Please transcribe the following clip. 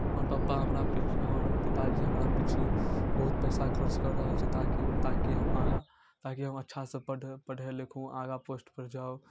हमर पापा हमरा पि हमर पिताजी हमरा पिच्छू बहुत पैसा खर्च कऽ रहल छथि ताकि ताकि हम आगाँ ताकि हम अच्छासँ पढ़ पढ़ै लिखू आगाँ पोस्टपर जाउ